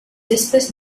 espèces